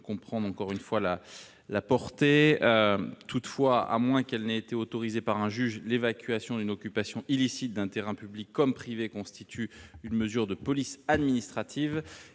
comprendre, encore une fois la la portée, toutefois, à moins qu'elle n'ait été autorisée par un juge l'évacuation d'une occupation illicite d'un terrain public comme privé constitue une mesure de police administrative